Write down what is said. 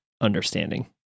understanding